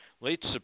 late